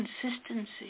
consistency